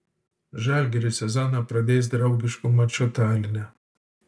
žalgiris sezoną pradės draugišku maču taline